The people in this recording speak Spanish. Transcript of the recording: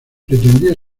pretendía